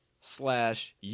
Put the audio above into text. slash